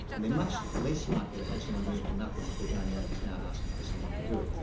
and they're much less likely to have someone doing it for nothing if they're going out of town asking for someone to do it.